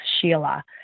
Sheila